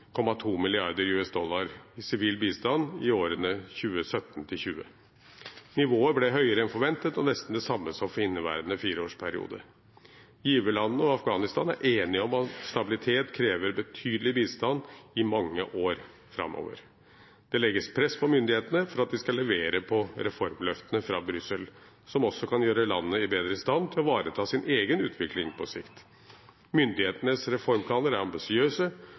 i sivil bistand i årene 2017–2020. Nivået ble høyere enn forventet, og nesten det samme som inneværende fireårsperiode. Giverlandene og Afghanistan er enige om at stabilitet krever betydelig bistand i mange år framover. Det legges press på myndighetene for at de skal levere på reformløftene fra Brussel, som også kan gjøre landet bedre i stand til å ivareta sin egen utvikling på sikt. Myndighetenes reformplaner er ambisiøse,